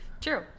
True